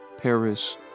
paris